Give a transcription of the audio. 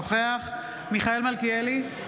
אינו נוכח מיכאל מלכיאלי,